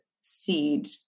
seed